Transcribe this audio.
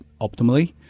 optimally